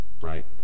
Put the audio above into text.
right